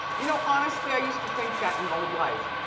you know, honestly i used to think that in old life,